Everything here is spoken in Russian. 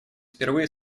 впервые